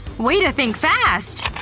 way to think fast.